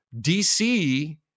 dc